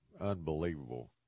unbelievable